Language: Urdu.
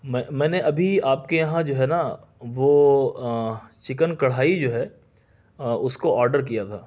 میں میں نے ابھی آپ کے یہاں جو ہے نا وہ چکن کڑھائی جو ہے اس کو آرڈر کیا تھا